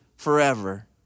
Forever